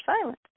silent